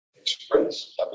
Express